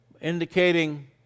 indicating